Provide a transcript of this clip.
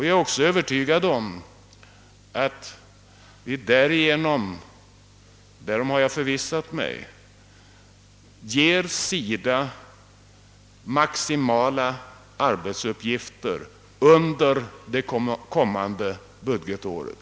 Jag är också övertygad om att vi därigenom — därom har jag förvissat mig — ger SIDA maximala arbetsuppgifter under det kommande budgetåret.